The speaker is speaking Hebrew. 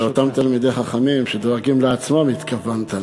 זה אותם תלמידי חכמים שדואגים לעצמם התכוונת,